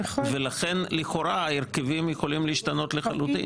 ולכן לכאורה ההרכבים יכולים להשתנות לחלוטין.